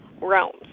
realms